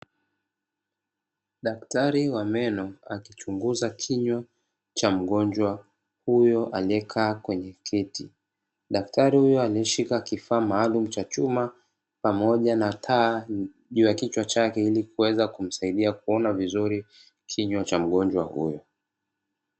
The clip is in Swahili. Daktari wa meno akichunguza kinywa cha mgonjwa huyo alie kaa kwenye kiti, daktari huyo alieshika kifaa maalumu cha chuma pamoja na taa juu ya kichwa chake ili kuweza kumsaidia kuweza kuona kinywa cha mgonjwa huyo.